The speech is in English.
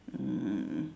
mm mm mm